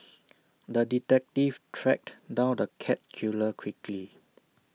the detective tracked down the cat killer quickly